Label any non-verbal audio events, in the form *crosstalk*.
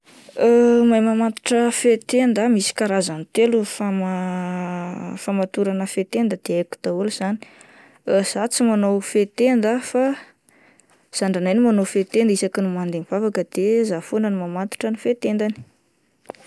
*hesitation* Mahay mamatotra fehy tenda ah, misy karazany telo ny fama-famatorana fehy tenda dia haiko daholo zany, *hesitation* zah tsy manao fehy tenda fa zandrinay no manao fehy tenda isaky ny mandeha mivavaka de zah foana no mamatotra ny fehy tendany.